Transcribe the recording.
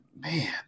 man